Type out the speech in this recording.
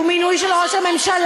הוא מינוי של ראש הממשלה,